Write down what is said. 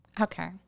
Okay